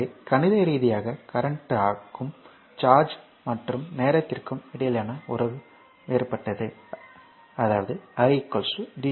எனவே கணித ரீதியாக கரண்ட்க்கும் சார்ஜ் மற்றும் நேரத்திற்கும் இடையிலான உறவு வேறுபட்டது i dqdt இது ஒரு சமன்பாடு 1